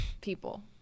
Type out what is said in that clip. people